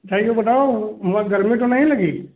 अच्छा यो बताओ वहाँ गर्मी तो नहीं लगी